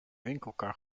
winkelkar